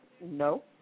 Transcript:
No